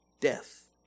death